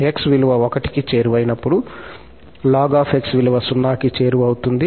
𝑥 విలువ 1 కి చేరువైనప్పుడు ln 𝑥 విలువ 0 కి చేరువవుతుంది